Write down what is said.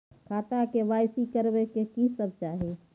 खाता के के.वाई.सी करबै में की सब चाही?